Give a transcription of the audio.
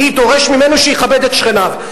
אני דורש ממנו שיכבד את שכניו.